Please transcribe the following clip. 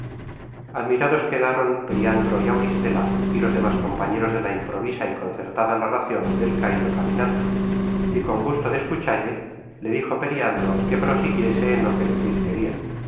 admirados quedaron periandro y auristela y los demas compañeros de la improvisa y concertada narracion del caido caminante y con gusto de escuchalle le dijo periandro que prosiguiese en lo que decir queria